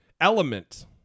element